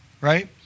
right